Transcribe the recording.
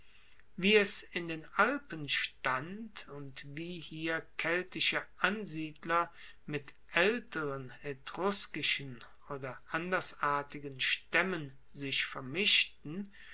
wie es in den alpen stand und wie hier keltische ansiedler mit aelteren etruskischen oder andersartigen staemmen sich vermischten